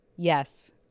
yes